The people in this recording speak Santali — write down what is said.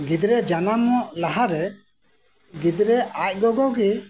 ᱜᱤᱫᱽᱨᱟᱹ ᱡᱟᱱᱟᱢᱚᱜ ᱞᱟᱦᱟᱨᱮ ᱜᱤᱫᱽᱨᱟᱹ ᱟᱡ ᱜᱚᱜᱚ ᱜᱮ